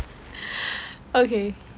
okay